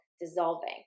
dissolving